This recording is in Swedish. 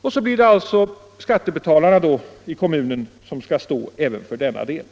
Och så anser man att skattebetalarna i kommunen skall stå för även denna del.